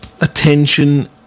attention